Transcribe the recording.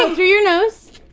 um through your nose.